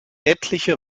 etliche